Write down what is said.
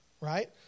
right